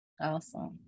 Awesome